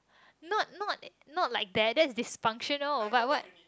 not not not like that that is dysfunctional but what